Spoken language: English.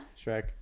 Shrek